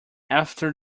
after